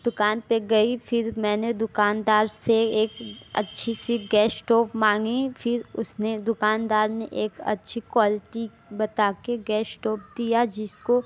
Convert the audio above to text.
दुकान पर गई फिर मैंने दुकानदार से एक अच्छी सी गैस स्टोव मांगी फिर उसने दुकानदार ने एक अच्छी क्वालिटी बता कर गैस स्टोव दिया जिसको